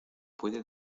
puede